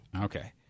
Okay